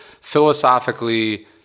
philosophically